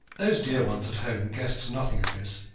those dear ones at home guessed nothing of this,